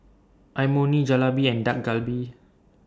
Imoni Jalebi and Dak Galbi